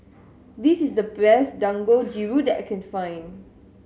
this is the best Dangojiru that I can find